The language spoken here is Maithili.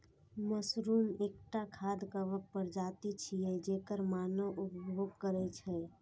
मशरूम एकटा खाद्य कवक प्रजाति छियै, जेकर मानव उपभोग करै छै